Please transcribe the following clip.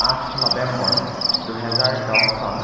আঠ নৱেম্বৰ দুহেজাৰ দহ চন